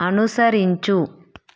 అనుసరించు